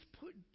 put